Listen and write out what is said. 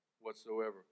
whatsoever